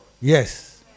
Yes